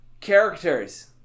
characters